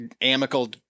amicable